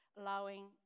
allowing